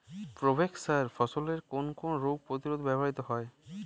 Provex সার ফসলের কোন কোন রোগ প্রতিরোধে ব্যবহৃত হয়?